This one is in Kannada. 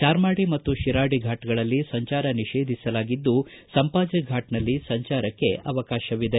ಚಾರ್ಮಾಡಿ ಮತ್ತು ಶಿರಾಡಿ ಫಾಟ್ ಗಳಲ್ಲಿ ಸಂಚಾರ ನಿಷೇಧ ಮಾಡಲಾಗಿದ್ದು ಸಂಪಾಜೆ ಘಾಟ್ನಲ್ಲಿ ಸಂಚಾರಕ್ಕೆ ಅವಕಾಶವಿದೆ